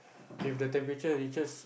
if the temperature reaches